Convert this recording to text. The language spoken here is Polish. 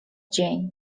dzień